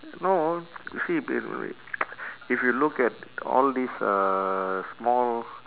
no you see wait wait wait if you look at all this uh small